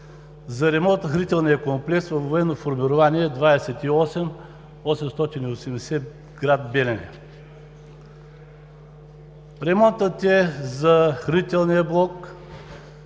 за ремонт на хранителния комплекс във Военно формирование 28 880 – гр. Белене. Ремонтът е за хранителния блок,